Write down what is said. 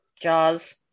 Jaws